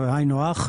זה היינו הך.